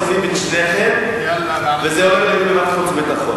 אז מוסיפים את שניכם וזה הולך לדיון בוועדת החוץ והביטחון.